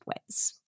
ways